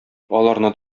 аларны